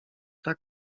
tak